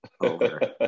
Over